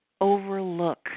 overlook